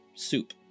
Soup